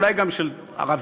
אולי גם של ערבים,